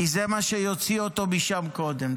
כי זה מה שיוציא אותו משם קודם".